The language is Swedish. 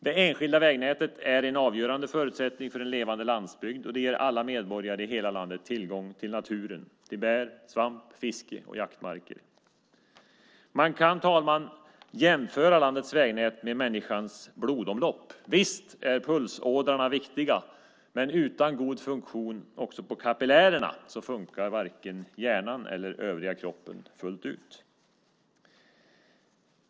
Det enskilda vägnätet är en avgörande förutsättning för en levande landsbygd, och det ger alla medborgare i hela landet tillgång till naturen, till bär, svamp, fiske och jaktmarker. Man kan, fru talman, jämföra landets vägnät med människans blodomlopp. Visst är pulsådrorna viktiga, men utan god funktion också på kapillärerna funkar varken hjärnan eller övriga kroppen fullt ut.